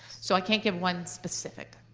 so i can't give one specific.